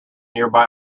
nearby